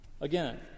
Again